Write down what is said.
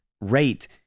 rate